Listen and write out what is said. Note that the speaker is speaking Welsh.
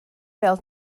bêl